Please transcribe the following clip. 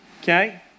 Okay